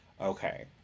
okay